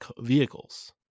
vehicles